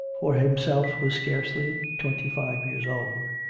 for himself was scarcely twenty five years old,